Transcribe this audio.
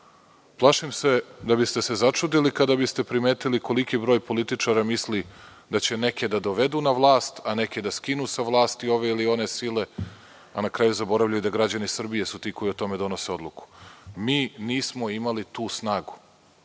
Srbiju. Plašim se da biste se začudili kada biste primetili koliki broj političara misli da će neke da dovedu na vlast, a neke da skinu sa vlasti, ove ili one sile, a na kraju zaboravljaju da građani Srbije su ti koji o tome donose odluku. Mi nismo imali tu snagu